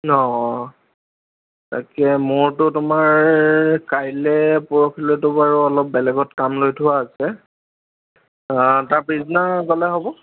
অঁ অঁ তাকে মোৰটো তোমাৰ কাইলৈ পৰহিলেটো বাৰু অলপ বেলেগত কাম লৈ থোৱা আছে তাৰ পাছদিন গ'লে হ'ব